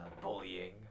bullying